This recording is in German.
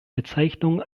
bezeichnung